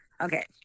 Okay